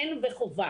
כן וחובה